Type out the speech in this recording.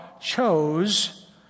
chose